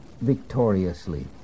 victoriously